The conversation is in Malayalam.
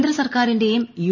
കേന്ദ്ര സർക്കാരിന്റെയും യു